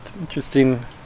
interesting